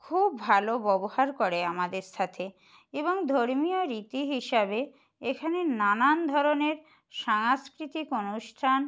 খুব ভালো ব্যবহার করে আমাদের সাথে এবং ধর্মীয় রীতি হিসাবে এখানে নানান ধরনের সাংস্কৃতিক অনুষ্ঠান